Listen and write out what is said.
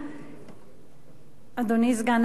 אדוני סגן השר,